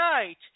tonight